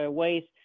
ways